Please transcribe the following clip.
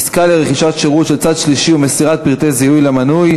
עסקה לרכישת שירות של צד שלישי ומסירת פרטי זיהוי למנוי),